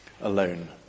alone